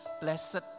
blessed